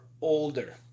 older